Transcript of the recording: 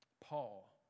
Paul